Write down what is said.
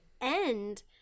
end